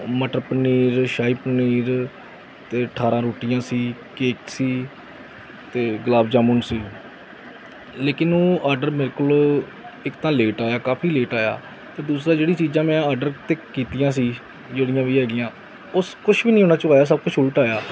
ਮਟਰ ਪਨੀਰ ਸ਼ਾਹੀ ਪਨੀਰ ਤੇ ਅਠਾਰਾਂ ਰੋਟੀਆਂ ਸੀ ਕੇਕ ਸੀ ਤੇ ਗੁਲਾਬ ਜਾਮੁਨ ਸੀ ਲੇਕਿਨ ਉਹ ਆਰਡਰ ਮੇਰੇ ਕੋਲ ਇੱਕ ਤਾਂ ਲੇਟ ਆਇਆ ਕਾਫੀ ਲੇਟ ਆਇਆ ਤੇ ਦੂਸਰਾ ਜਿਹੜੀ ਚੀਜ਼ਾਂ ਮੈਂ ਆਡਰ 'ਤੇ ਕੀਤੀਆਂ ਸੀ ਜਿਹੜੀਆਂ ਵੀ ਹੈਗੀਆਂ ਉਸ ਕੁਛ ਵੀ ਨੀ ਉਹਨਾਂ ਚੋਂ ਆਇਆ ਸਭ ਕੁਛ ਉਲਟ ਆਇਆ